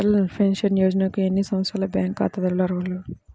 Atal pension యోజనకు ఎన్ని సంవత్సరాల బ్యాంక్ ఖాతాదారులు అర్హులు?